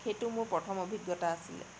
সেইটো মোৰ প্ৰথম অভিজ্ঞতা আছিলে